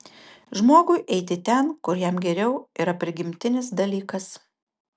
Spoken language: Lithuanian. žmogui eiti ten kur jam geriau yra prigimtinis dalykas